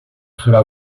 cela